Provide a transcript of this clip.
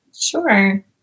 Sure